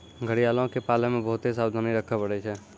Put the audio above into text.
घड़ियालो के पालै मे बहुते सावधानी रक्खे पड़ै छै